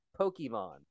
Pokemon